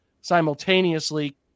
simultaneously